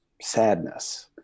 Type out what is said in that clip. sadness